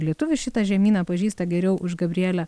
lietuvių šitą žemyną pažįsta geriau už gabrielę